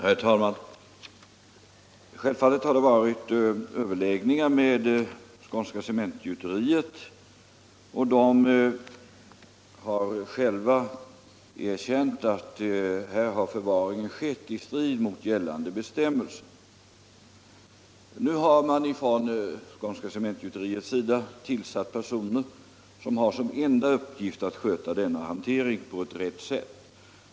Herr talman! Självfallet har det varit överläggningar med Skånska Cementgjuteriet. Företaget har själv erkänt att förvaringen skedde i strid mot gällande bestämmelser. Skånska Cementgjuteriet har nu tillsatt personal som har som enda uppgift att sköta denna hantering på rätt sätt.